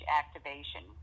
activation